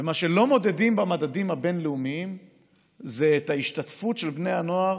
ומה שלא מודדים במדדים הבין-לאומיים זה את ההשתתפות של בני הנוער